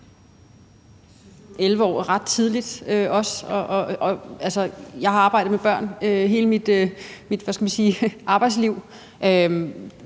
11 år er ret tidligt. Altså, jeg har arbejdet med børn hele mit arbejdsliv,